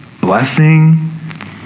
blessing